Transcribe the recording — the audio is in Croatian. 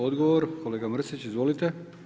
Odgovor kolega Mrsić, izvolite.